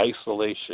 isolation